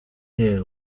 est